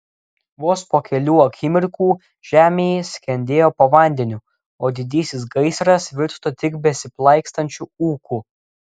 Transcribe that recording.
vos po kelių akimirkų žemė skendėjo po vandeniu o didysis gaisras virto tik besiplaikstančiu ūku